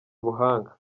buhanga